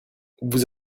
vous